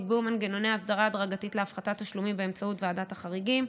נקבעו מנגנוני הסדרה הדרגתית להפחתת תשלומים באמצעות ועדת החריגים,